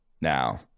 Now